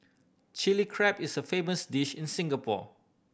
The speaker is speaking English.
Chilli Crab is a famous dish in Singapore